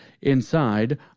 inside